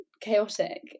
Chaotic